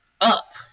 up